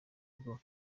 bwo